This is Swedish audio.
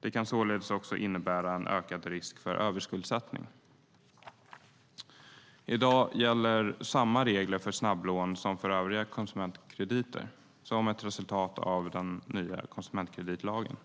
Det kan således också innebära en ökad risk för överskuldsättning. I dag gäller samma regler för snabblån som för övriga konsumentkrediter som ett resultat av den nya konsumentkreditlagen.